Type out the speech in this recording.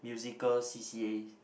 musical c_c_a